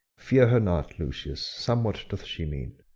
fear her not, lucius somewhat doth she mean.